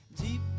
deep